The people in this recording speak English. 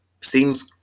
seems